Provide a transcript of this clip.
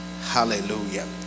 hallelujah